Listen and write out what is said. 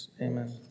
Amen